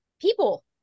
people